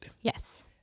Yes